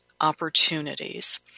opportunities